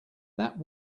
that